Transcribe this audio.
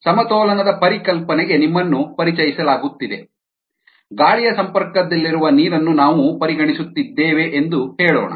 ಸಮತೋಲನದ ಪರಿಕಲ್ಪನೆಗೆ ನಿಮ್ಮನ್ನು ಪರಿಚಯಿಸಲಾಗುತ್ತಿದೆ ಗಾಳಿಯ ಸಂಪರ್ಕದಲ್ಲಿರುವ ನೀರನ್ನು ನಾವು ಪರಿಗಣಿಸುತ್ತಿದ್ದೇವೆ ಎಂದು ಹೇಳೋಣ